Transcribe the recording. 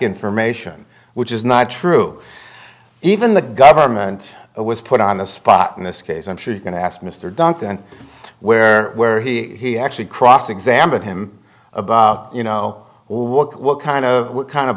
information which is not true even the government was put on the spot in this case i'm sure you're going to ask mr duncan where where he actually cross examined him about you know what kind of what kind of